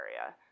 area